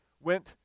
went